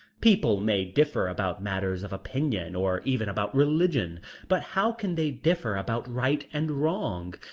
people may differ about matters of opinion, or even about religion but how can they differ about right and wrong?